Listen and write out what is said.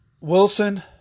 Wilson